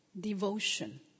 Devotion